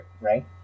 right